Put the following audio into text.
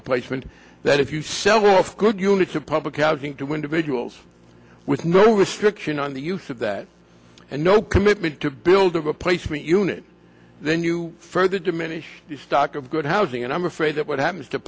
replacement that if you sell off good units of public housing to individuals with no restriction on the use of that and no commitment to build a placement unit then you further diminish the stock of good housing and i'm afraid that what happens to